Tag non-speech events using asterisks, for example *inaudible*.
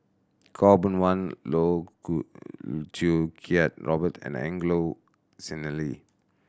Khaw Boon Wan Loh *unintelligible* Choo Kiat Robert and Angelo Sanelli